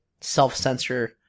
self-censor